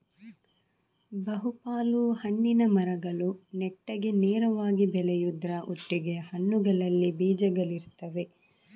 ಬಹು ಪಾಲು ಹಣ್ಣಿನ ಮರಗಳು ನೆಟ್ಟಗೆ ನೇರವಾಗಿ ಬೆಳೆಯುದ್ರ ಒಟ್ಟಿಗೆ ಹಣ್ಣುಗಳಲ್ಲಿ ಬೀಜಗಳಿರ್ತವೆ